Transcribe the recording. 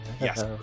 Yes